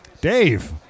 Dave